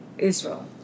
Israel